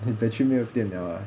battery 没有电了 ah